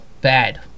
bad